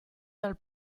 dal